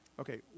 Okay